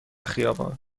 خیابان